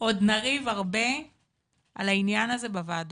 עוד נריב הרבה על העניין הזה בוועדות,